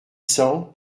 cents